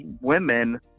women